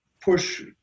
push